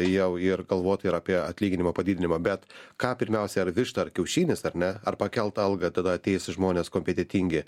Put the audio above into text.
jau ir galvot ir apie atlyginimo padidinimą bet ką pirmiausia ar višta ar kiaušinis ar ne ar pakelt alga tada ateis žmonės kompetentingi